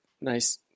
nice